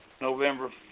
November